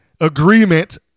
agreement